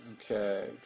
Okay